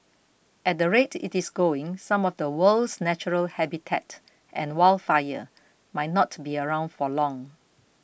at the rate it is going some of the world's natural habitat and warefare might not be around for long